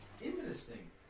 interesting